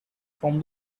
from